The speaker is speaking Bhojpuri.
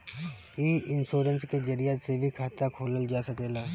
इ इन्शोरेंश के जरिया से भी खाता खोलल जा सकेला